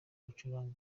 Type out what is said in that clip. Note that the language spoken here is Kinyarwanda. gucuranga